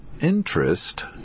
interest